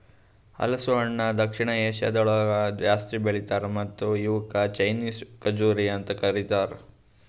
ಹಲಸು ಹಣ್ಣ ದಕ್ಷಿಣ ಏಷ್ಯಾದ್ ದೇಶಗೊಳ್ದಾಗ್ ಜಾಸ್ತಿ ಬೆಳಿತಾರ್ ಮತ್ತ ಇವುಕ್ ಚೈನೀಸ್ ಖಜುರಿ ಅಂತ್ ಕರಿತಾರ್